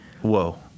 Whoa